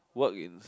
work in